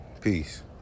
Peace